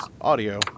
Audio